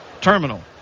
terminal